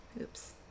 Oops